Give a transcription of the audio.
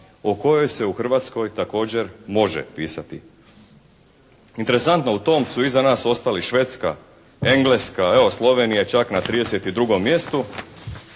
o kojoj se u Hrvatskoj također može pisati. Interesantno u tom su iza nas ostali Švedska, Engleska, evo Slovenija čak na 32. mjestu.